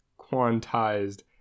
quantized